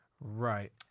Right